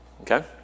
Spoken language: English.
Okay